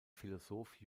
philosoph